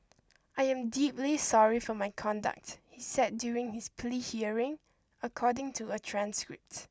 I am deeply sorry for my conduct he said during his plea hearing according to a transcript